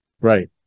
Right